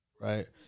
right